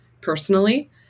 personally